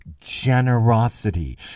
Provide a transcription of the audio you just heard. generosity